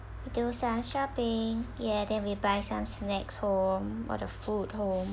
do some shopping ya then we buy some snacks home or the food home